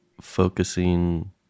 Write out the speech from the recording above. focusing